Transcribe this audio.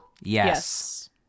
Yes